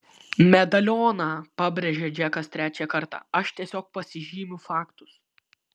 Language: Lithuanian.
medalioną pabrėžė džekas trečią kartą aš tiesiog pasižymiu faktus